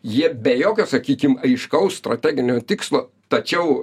jie be jokio sakykim aiškaus strateginio tikslo tačiau